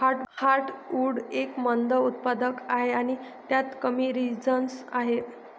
heartwood एक मंद उत्पादक आहे आणि त्यात कमी रेझिनस आहे